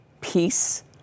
peace